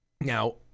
Now